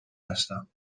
هستم